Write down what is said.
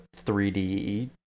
3D